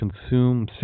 consume